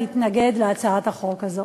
להתנגד להצעת החוק הזאת.